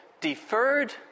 deferred